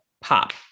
pop